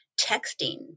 texting